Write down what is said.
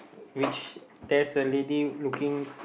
which there's a lady looking